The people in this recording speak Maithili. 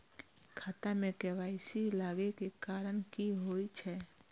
खाता मे के.वाई.सी लागै के कारण की होय छै?